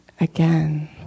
again